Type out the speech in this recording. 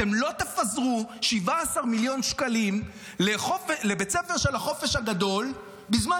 אתם לא תפזרו 17 מיליון שקלים לבית הספר של החופש הגדול בזמן